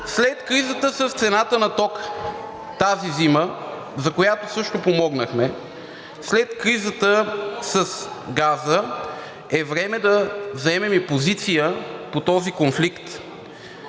След кризата с цената на тока тази зима, за която също помогнахме, след кризата с газа, е време да заемем и позиция по този конфликт